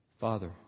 Father